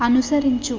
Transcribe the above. అనుసరించు